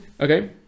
Okay